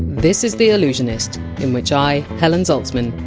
this is the allusionist, in which i, helen zaltzman,